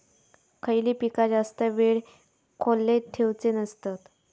खयली पीका जास्त वेळ खोल्येत ठेवूचे नसतत?